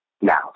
Now